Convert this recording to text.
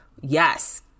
yes